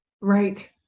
right